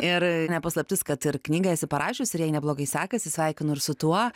ir ne paslaptis kad ir knygą esi parašiusi ir jai neblogai sekasi sveikinu ir su tuo